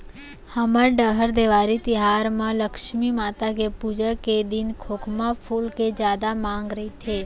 हमर डहर देवारी तिहार म लक्छमी माता के पूजा के दिन खोखमा फूल के जादा मांग रइथे